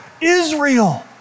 Israel